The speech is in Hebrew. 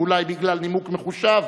ואולי בגלל נימוק מחושב,